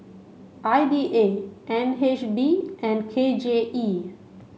I D A N H B and K J E